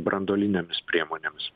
branduolinėmis priemonėmis